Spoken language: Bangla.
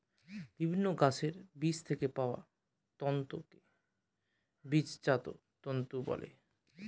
বিভিন্ন গাছের বীজ থেকে পাওয়া তন্তুকে বীজজাত তন্তু বলে